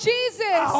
Jesus